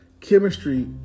chemistry